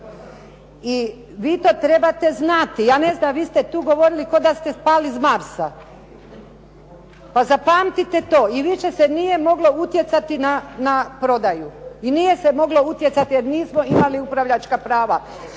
I vi to trebate znati, ja ne znam, vi ste tu govorili kao da ste pali s marsa, pa zapamtite to i više se nije moglo utjecati na prodaju i nije se moglo utjecati jer nismo imali upravljačka prava.